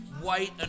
White